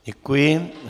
Děkuji.